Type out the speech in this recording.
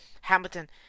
Hamilton